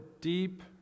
deep